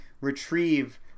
retrieve